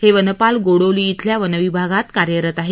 हे वनपाल गोडोली इथल्या वनविभागात कार्यरत आहेत